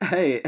Hey